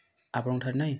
ଆପଣଙ୍କ ଠାରେ ନାହିଁ